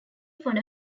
fond